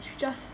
it's just